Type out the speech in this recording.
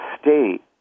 state